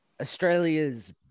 Australia's